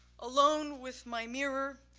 alone with my mirror,